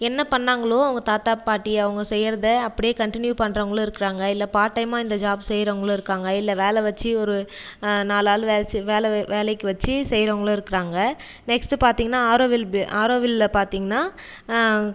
என்ன பண்ணாங்களோ அவங்கள் தாத்தா பாட்டி அவங்கள் செய்கிறத அப்படியே கண்டினியூ பண்ணுறவங்களு இருக்காங்கள் இல்லை பார்ட் டைம்மாக இந்த ஜாப் செய்றவங்களும் இருக்காங்கள் இல்லை வேலை வச்சசு ஒரு நாலு ஆள் வேலை வேலை வேலைக்கு வச்சு செய்றவங்களும் இருக்காங்கள் நெக்ஸ்ட் பார்த்தீங்கனா ஆரோவில் ஆரோவில் பார்த்தீங்கனா